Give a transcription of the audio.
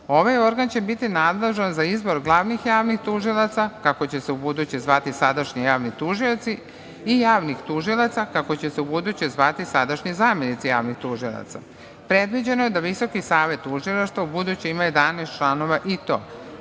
Ovaj organ će biti nadležan za izbor glavnih javnih tužilaca, kako će se ubuduće zvati sadašnji javni tužioci, i javnih tužilaca, kako će se ubuduće zvati sadašnji zamenici javnih tužilaca. Predviđeno je da Visoki savet tužilaštva ubuduće ima 11 članova, i to: